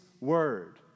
word